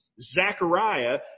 Zechariah